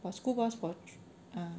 got school bus watch